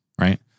right